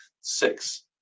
six